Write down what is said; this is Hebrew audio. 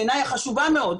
בעיניי החשובה מאוד,